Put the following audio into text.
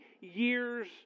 years